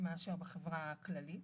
מאשר בחברה הכללית.